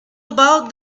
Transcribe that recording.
about